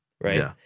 right